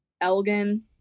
Elgin